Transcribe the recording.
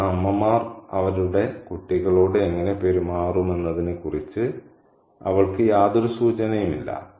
കാരണം അമ്മമാർ അവരുടെ കുട്ടികളോട് എങ്ങനെ പെരുമാറുമെന്നതിനെക്കുറിച്ച് അവൾക്ക് യാതൊരു സൂചനയുമില്ല